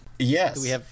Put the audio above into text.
Yes